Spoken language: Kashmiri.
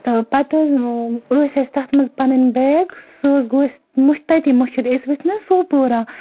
تہٕ پَتہٕ حظ ٲسۍ اَسہِ تَتھ مَنٛز پَنٕنۍ بیگ سُہ حظ گوٚو اَسہِ تَتی مشیٖد أسۍ ؤتھ نہ حظ سوپورہ